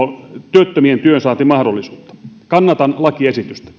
työttömien työnsaantimahdollisuutta kannatan lakiesitystä